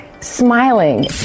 smiling